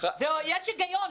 יש היגיון.